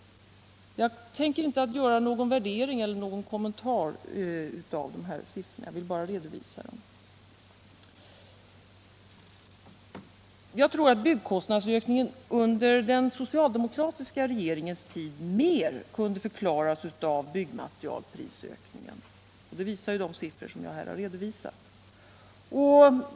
Jag tänker inte gör någon värdering av eller kommentar till dessa siffror — jag vill bara redovisa dem. Jag tror att byggkostnadsökningen under den socialdemokratiska regeringens tid mer kunde förklaras av byggmaterialprisökningen. Det visar de siffror som jag redovisat.